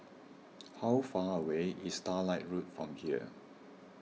how far away is Starlight Road from here